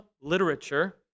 literature